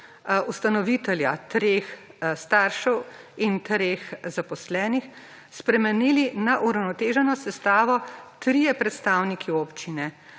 ustanovitelja, treh staršev in treh zaposlenih spremenili na uravnoteženo sestavo trije predstavniki občine